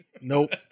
Nope